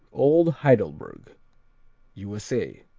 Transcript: old heidelberg u s a.